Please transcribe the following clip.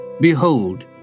behold